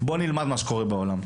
בואו נלמד מה שקורה בעולם.